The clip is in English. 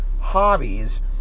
hobbies